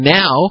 now